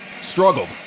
struggled